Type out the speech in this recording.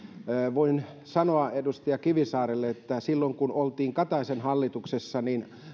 voin sanoa edustaja kivisaarelle että silloin kun olimme kataisen hallituksessa